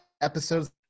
episodes